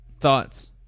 Thoughts